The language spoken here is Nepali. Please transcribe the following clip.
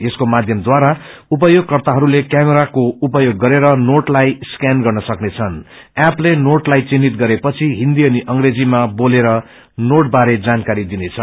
यसको माध्यमद्वारा उपयोगकर्ताहरूले कैमराको उपयोग गरेर नोटलाई स्वयान गत्र सक्नेछन् ऐपले नोटलाई चिन्हित गरेपछि हिन्दी अनि अंग्रेजीमा बोलेर नोटबारे जानकारी दिनेछ